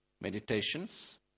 meditations